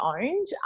owned